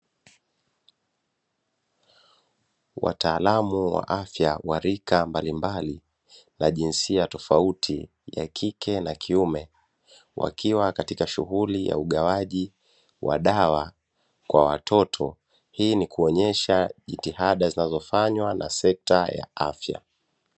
Wataalamu wa afya wa rika mbalimbali na jinsia tofauti ya kike na kiume wakiwa katika shughuli ya ugawaji wa dawa kwa watoto, hii ni kuonyesha jitihada zinazofanywa na sekta ya afya.